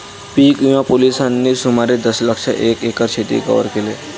पीक विमा पॉलिसींनी सुमारे दशलक्ष एकर क्षेत्र कव्हर केले